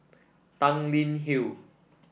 Tanglin Hill